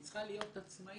היא צריכה להיות עצמאית,